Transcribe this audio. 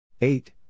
Eight